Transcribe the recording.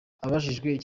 abajijwe